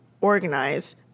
organize